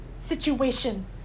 situation